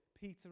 Peter